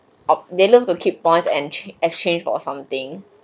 up they love to keep points and ch~ exchange for something